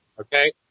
okay